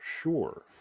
sure